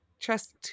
trust